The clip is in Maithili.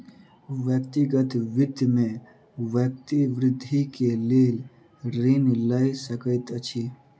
व्यक्तिगत वित्त में व्यक्ति वृद्धि के लेल ऋण लय सकैत अछि